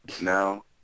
Now